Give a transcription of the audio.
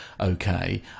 okay